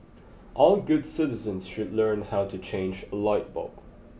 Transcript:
all good citizens should learn how to change a light bulb